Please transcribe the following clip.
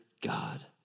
God